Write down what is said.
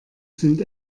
sind